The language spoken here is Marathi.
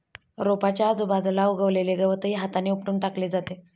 रोपाच्या आजूबाजूला उगवलेले गवतही हाताने उपटून टाकले जाते